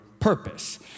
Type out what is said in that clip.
purpose